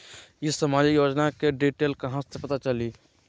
ई सामाजिक योजना के डिटेल कहा से पता चली?